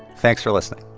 thanks for listening